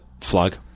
flag